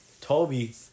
Toby